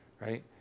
right